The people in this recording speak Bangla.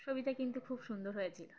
ছবিটা কিন্তু খুব সুন্দর হয়েছিল